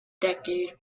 decade